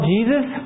Jesus